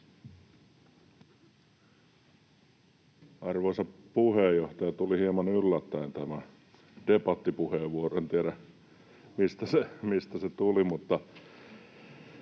Arvoisa puheenjohtaja! Tuli hieman yllättäen tämä debattipuheenvuoro. En tiedä, mistä se tuli,